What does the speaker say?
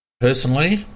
Personally